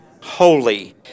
holy